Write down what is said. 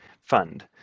fund